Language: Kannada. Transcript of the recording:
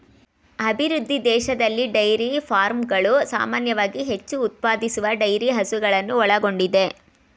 ಅಭಿವೃದ್ಧಿ ದೇಶದಲ್ಲಿ ಡೈರಿ ಫಾರ್ಮ್ಗಳು ಸಾಮಾನ್ಯವಾಗಿ ಹೆಚ್ಚು ಉತ್ಪಾದಿಸುವ ಡೈರಿ ಹಸುಗಳನ್ನು ಒಳಗೊಂಡಿದೆ